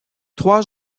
trois